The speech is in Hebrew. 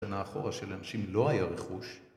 שנה אחורה של אנשים לא היה רכוש